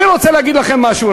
אני רוצה להגיד לכם משהו,